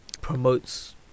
Promotes